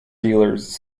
dealers